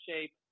shape